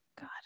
god